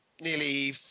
nearly